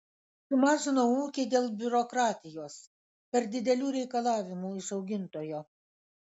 sumažinau ūkį dėl biurokratijos per didelių reikalavimų iš augintojo